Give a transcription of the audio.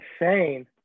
insane